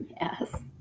yes